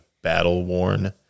battle-worn